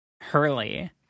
Hurley